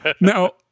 now